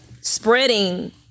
spreading